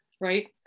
Right